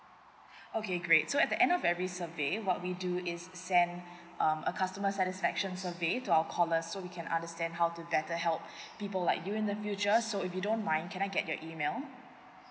okay great so at the end of every survey what we do is send um a customer satisfaction surveys to our caller so we can understand how to better help people like you in the future so if you don't mind can I get your email